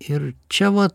ir čia va